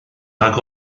nag